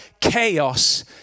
chaos